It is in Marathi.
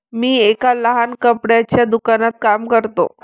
मी एका लहान कपड्याच्या दुकानात काम करतो